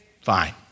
Fine